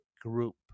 group